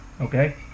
Okay